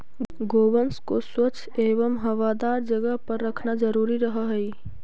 गोवंश को स्वच्छ एवं हवादार जगह पर रखना जरूरी रहअ हई